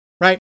right